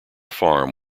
farm